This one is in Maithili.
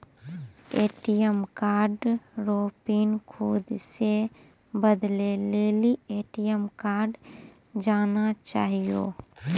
ए.टी.एम कार्ड रो पिन खुद से बदलै लेली ए.टी.एम जाना चाहियो